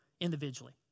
individually